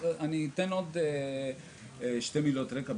אני אתן עוד שתי מילות רקע,